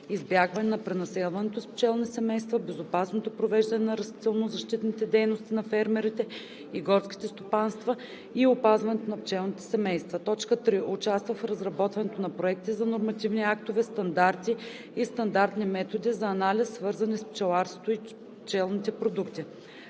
избягване на пренаселването с пчелни семейства; безопасното провеждане на растително-защитните дейности на фермерите и горските стопанства и опазването на пчелните семейства; 3. участва в разработването на проекти за нормативни актове, стандарти и стандартни методи за анализ, свързани с пчеларството и пчелните продукти;